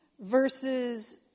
versus